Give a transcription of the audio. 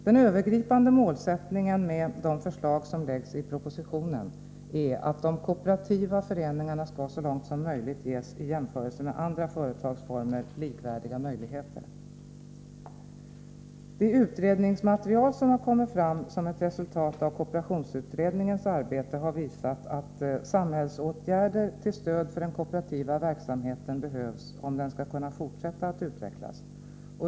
Den övergripande målsättningen med de förslag som lagts fram i propositionen är att de kooperativa föreningarna skall så långt som möjligt ges i jämförelse med andra företagsformer likvärdiga förutsättningar. Det utredningsmaterial som har kommit fram som ett resultat av kooperationsutredningens arbete har visat att samhällsåtgärder till stöd för den kooperativa verksamheten behövs, om den skall kunna fortsätta att utvecklas.